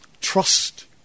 trust